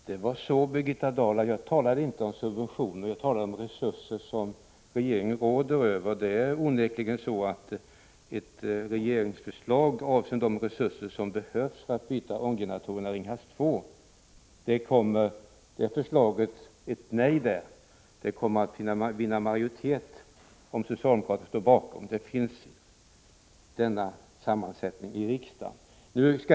Herr talman! Jag talade inte, Birgitta Dahl, om subventioner utan jag talade om de resurser som regeringen råder över. Det är onekligen så, att ett regeringsförslag som inte ger de resurser som behövs för ett byte av ånggeneratorer i Ringhals 2 innebär ett nej. Det förslaget kommer att stödjas av en majoritet, om socialdemokraterna står bakom detsamma. Det tyder ju sammansättningen här i riksdagen på.